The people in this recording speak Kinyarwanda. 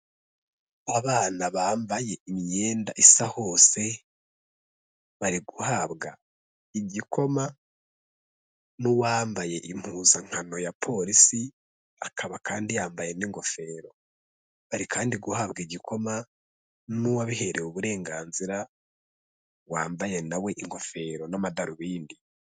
Abana bambaye imyenda isa hose, bari guhabwa igikoma n'uwambaye impuzankano ya polisi, akaba kandi yambaye n'ingofero, bari kandi guhabwa igikoma n'uwabiherewe uburenganzira, wambaye na we ingofero n'amadarubindi.